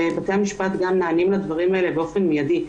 ובתי המשפט גם נענים לדברים האלה באופן מיידי.